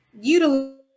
utilize